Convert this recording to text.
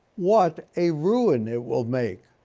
what a ruin it will make!